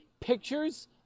pictures